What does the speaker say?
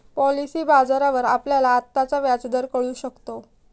policy बाजारावर आपल्याला आत्ताचा व्याजदर कळू शकतो